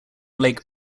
lake